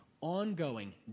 ongoing